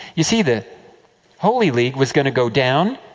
you see, the holy league was going to go down,